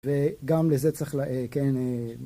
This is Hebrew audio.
וגם לזה צריך ל... כן? אה...